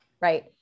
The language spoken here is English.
right